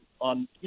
on